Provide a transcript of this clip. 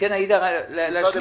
כן, עאידה, להשלים.